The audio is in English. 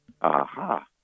Aha